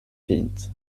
fint